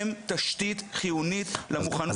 הם תשתית חיונית למוכנות.